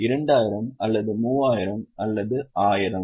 2000 அல்லது 3000 அல்லது 1000